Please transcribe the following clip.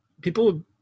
people